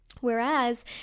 Whereas